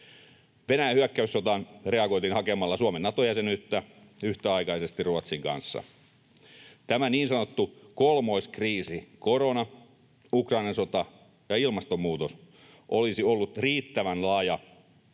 Venäjän hyökkäyssotaan reagoitiin hakemalla Suomen Nato-jäsenyyttä yhtäaikaisesti Ruotsin kanssa. Tämä niin sanottu kolmoiskriisi — korona, Ukrainan sota ja ilmastonmuutos — olisi ollut riittävän laaja